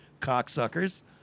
cocksuckers